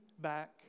back